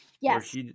Yes